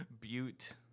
Butte